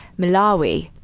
malawi.